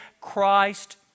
Christ